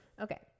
Okay